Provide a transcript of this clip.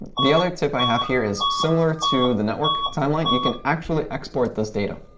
the other tip i have here is similar to the network timeline. you can actually export this data.